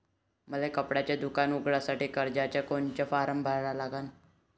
मले कपड्याच दुकान उघडासाठी कर्जाचा कोनचा फारम भरा लागन?